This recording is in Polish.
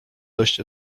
dość